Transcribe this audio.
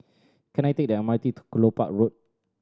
can I take the M R T to Kelopak Road